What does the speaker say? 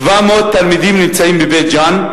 700 תלמידים נמצאים בבית-ג'ן,